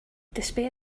despair